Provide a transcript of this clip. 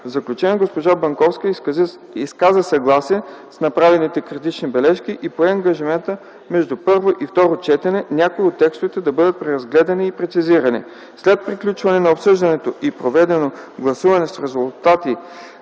В заключение госпожа Банковска изказа съгласие с направените критични бележки и пое ангажимента между първо и второ четене някои от текстовете да бъдат преразгледани и прецизирани. След приключване на обсъждането и проведено гласуване с резултати: